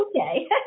okay